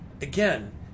Again